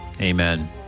Amen